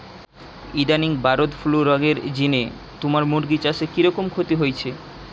ইদানিং bird flu রগের জিনে তুমার মুরগি চাষে কিরকম ক্ষতি হইচে?